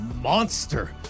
monster